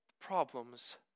problems